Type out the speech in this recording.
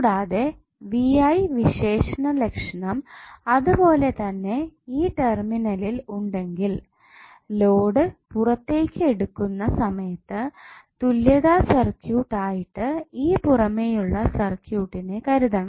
കൂടാതെ V I വിശേഷലക്ഷണം അതുപോലെ തന്നെ ഈ ടെർമിനലിൽ ഉണ്ടെങ്കിൽലോഡ് പുറത്തേക്ക് എടുക്കുന്ന സമയത്തു തുല്യത സർക്യൂട്ട് ആയിട്ട് ഈ പുറമേയുള്ള സർക്യൂട്ടിനെ കരുതണം